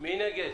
מי נגד?